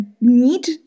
need